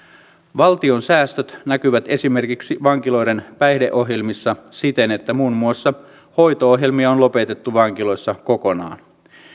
valtion säästöt näkyvät esimerkiksi vankiloiden päihdeohjelmissa siten että muun muassa hoito ohjelmia on lopetettu vankiloissa kokonaan